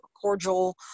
cordial